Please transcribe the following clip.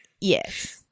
Yes